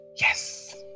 yes